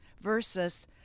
versus